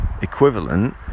equivalent